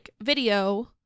video